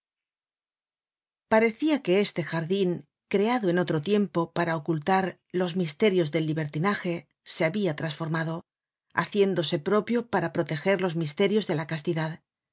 parecia que estejardin creado en otro tiempo para ocultarlos misterios del libertinaje se habia trasformado haciéndose propio para proteger los misterios de la castidad